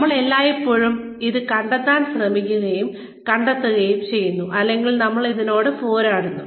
നമ്മൾ എല്ലായ്പ്പോഴും ഇത് കണ്ടെത്താൻ ശ്രമിക്കുകയും കണ്ടെത്തുകയും ചെയ്യുന്നു അല്ലെങ്കിൽ നമ്മൾ ഇതിനോട് പോരാടുന്നു